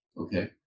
Okay